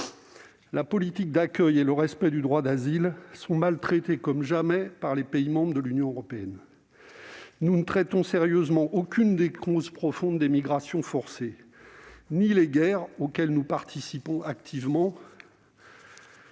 La politique d'accueil et le droit d'asile sont maltraités comme jamais par les pays membres de l'Union européenne. Nous ne traitons sérieusement aucune des causes profondes des migrations forcées : ni les guerres, auxquelles nous participons activement,